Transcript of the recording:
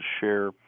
share